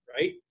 right